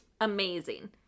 amazing